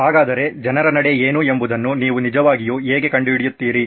ಹಾಗಾದರೆ ಜನರ ನಡೆ ಎನೂ ಎಂಬುದನ್ನು ನೀವು ನಿಜವಾಗಿಯೂ ಹೇಗೆ ಕಂಡುಹಿಡಿಯುತ್ತೀರಿ